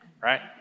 right